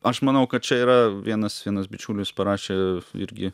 aš manau kad čia yra vienas vienas bičiulis parašė irgi